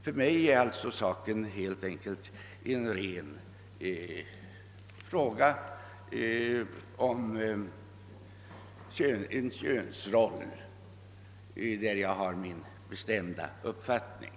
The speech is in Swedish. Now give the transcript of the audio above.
För mig är problemet således helt enkelt en könsrollsfråga, där jag har min bestämda uppfattning.